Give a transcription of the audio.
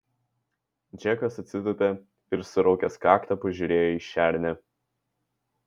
džekas atsitūpė ir suraukęs kaktą pažiūrėjo į šernę